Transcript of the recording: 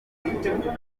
ibyuya